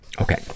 Okay